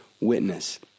witness